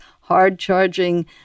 hard-charging